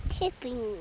tipping